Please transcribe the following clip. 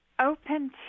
Open